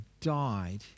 died